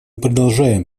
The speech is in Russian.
продолжаем